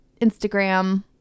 Instagram